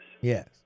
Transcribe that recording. Yes